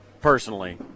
personally